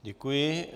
Děkuji.